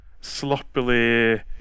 sloppily